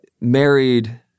married